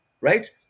right